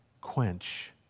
quench